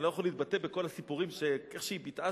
אני לא יכול להתבטא בכל הסיפורים שהיא ביטאה,